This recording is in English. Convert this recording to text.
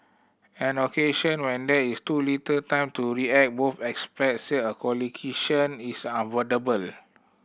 on occasion when there is too little time to react both experts said a collision is unavoidable